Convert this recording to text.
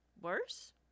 worse